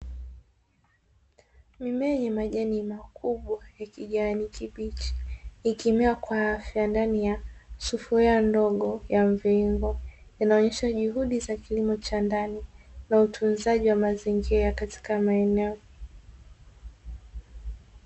Mimea yenye majani makubwa ya kijani kibichi ikimea kwa afya ndani ya sufuria ndogo ya mviringo, inaonyesha juhudi za kilimo cha ndani na utunzaji wa mazingira katika maeneo.